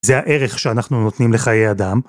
זה הערך שאנחנו נותנים לחיי אדם.